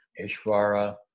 Ishvara